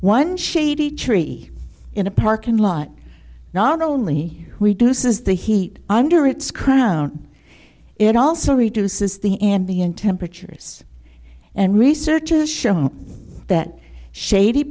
one shady tree in a parking lot not only we do says the heat under its crown it also reduces the ambient temperatures and research has shown that shady